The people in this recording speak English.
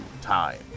time